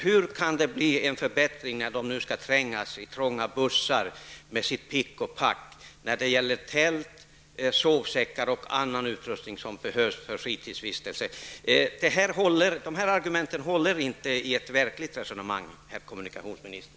Hur kan det bli en förbättring när de skall trängas med sitt pick och pack i trånga bussar: Det är tält, sovsäckar och annan utrustning som behövs för friluftsvistelse. De argumenten håller inte i ett verkligt resonemang, herr kommunikationsminister!